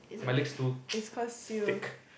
my legs too thick